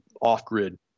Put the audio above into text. off-grid